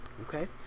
Okay